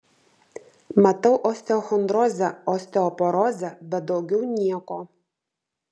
matau osteochondrozę osteoporozę bet daugiau nieko